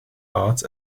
arts